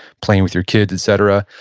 playing with your kids, etc.